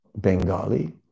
Bengali